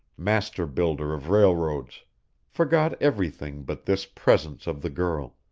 master-builder of railroads forgot everything but this presence of the girl,